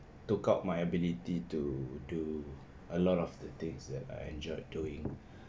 took out my ability to do a lot of the things that I enjoyed doing